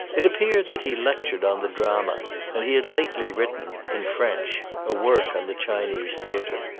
it appeared that he lectured on the drama and he had lately written, in french, a work on the chinese theatre.